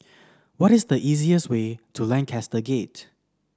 what is the easiest way to Lancaster Gate